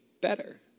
better